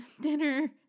dinner